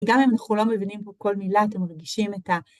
גם אם אנחנו לא מבינים פה כל מילה, אתם מרגישים את ה...